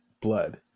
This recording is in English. blood